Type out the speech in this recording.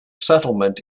settlement